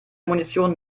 munition